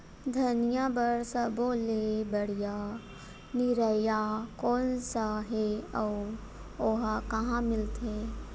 धनिया बर सब्बो ले बढ़िया निरैया कोन सा हे आऊ ओहा कहां मिलथे?